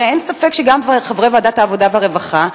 הרי אין ספק שגם חברי ועדת העבודה והרווחה,